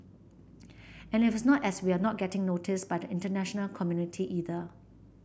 and it is not as we're not getting noticed by the international community either